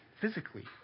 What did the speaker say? physically